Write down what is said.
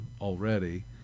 already